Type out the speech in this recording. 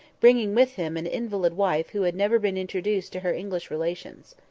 bringing with him an invalid wife who had never been introduced to her english relations.